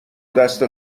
دست